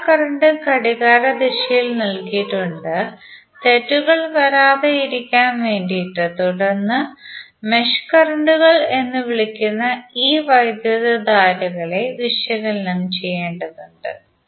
എല്ലാ കറന്റ് ഉം ഘടികാരദിശയിൽ നൽകിയിട്ടുണ്ട് തെറ്റുകൾ വരാതെ ഇരിക്കാൻ വേണ്ടിയിട്ടു തുടർന്ന് മെഷ് കറന്റുകൾ എന്ന് വിളിക്കുന്ന ഈ വൈദ്യുതധാരകളെ വിശകലനം ചെയ്യേണ്ടതുണ്ട്